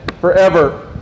forever